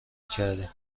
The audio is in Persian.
کردیم